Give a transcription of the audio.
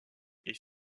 est